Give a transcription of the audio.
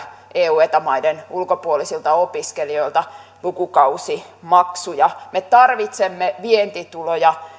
eu ja eta maiden ulkopuolisilta opiskelijoilta lukukausimaksuja me tarvitsemme vientituloja